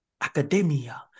Academia